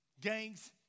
gangs